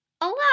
allow